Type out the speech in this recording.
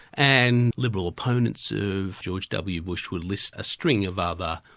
and liberal opponents of george w. bush will list a string of other,